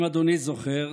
אם אדוני זוכר,